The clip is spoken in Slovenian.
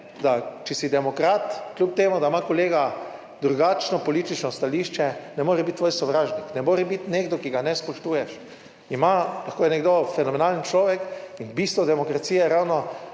da če si demokrat, kljub temu, da ima kolega drugačno politično stališče, ne more biti tvoj sovražnik, ne more biti nekdo, ki ga ne spoštuješ, ima, lahko je nekdo fenomenalen človek in bistvo demokracije je ravno,